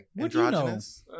Androgynous